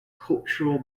cultural